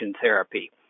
therapy